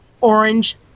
orange